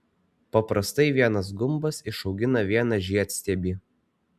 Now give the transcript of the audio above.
paprastai vienas gumbas išaugina vieną žiedstiebį